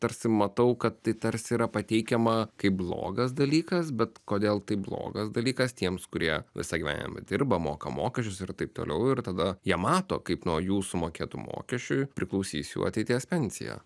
tarsi matau kad tai tarsi yra pateikiama kaip blogas dalykas bet kodėl tai blogas dalykas tiems kurie visą gyvenimą dirba moka mokesčius ir taip toliau ir tada jie mato kaip nuo jų sumokėtų mokesčių priklausys jų ateities pensija